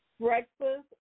Breakfast